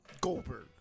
Goldberg